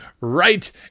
right